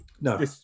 No